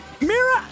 Mira